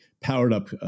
powered-up